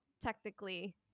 Technically